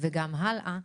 וגם הלאה.